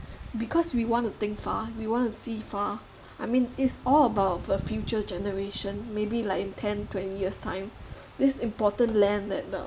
because we want to think far we want to see far I mean it's all about for future generation maybe like in ten twenty years' time this important land that uh